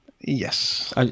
yes